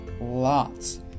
lots